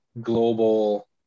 global